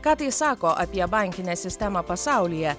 ką tai sako apie bankinę sistemą pasaulyje